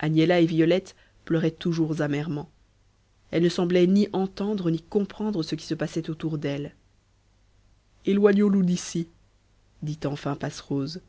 agnella et violette pleuraient toujours amèrement elles ne semblaient ni entendre ni comprendre ce qui se passait autour d'elles éloignons-nous d'ici dit enfin passerose